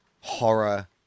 horror